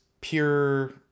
pure